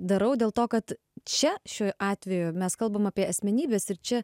darau dėl to kad čia šiuo atveju mes kalbam apie asmenybes ir čia